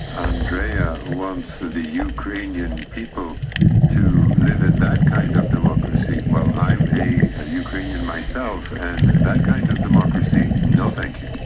andrea who wants the ukrainian people to live in that kind of democracy. well, i'm a ah ukrainian myself, and that kind of democracy no thank you.